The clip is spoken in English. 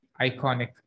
iconic